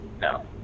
no